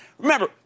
Remember